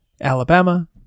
Alabama